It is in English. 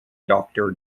doctor